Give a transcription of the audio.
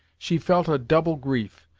she felt a double grief,